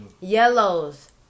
Yellows